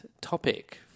topic